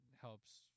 helps